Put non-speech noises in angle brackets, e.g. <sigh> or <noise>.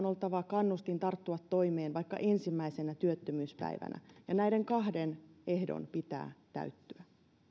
<unintelligible> oltava kannustin tarttua toimeen vaikka ensimmäisenä työttömyyspäivänä ja näiden kahden ehdon pitää täyttyä